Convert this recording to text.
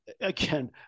again